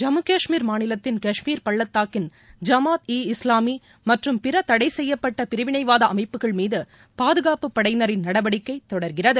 ஜம்மு கஷ்மீர் மாநிலத்தின் காஷ்மீர் பள்ளத்தாக்கின் ஜமாத் ஈ இஸ்லாமி மற்றும் பிற தடைசெய்யப்பட்ட பிரிவினைவாத அமைப்புகள் மீது பாதுகாப்பு படையினரின் நடவடிக்கை தொடர்கிறது